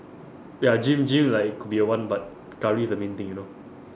ya gym gym like it could be the one but curry is the main thing you know